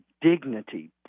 dignity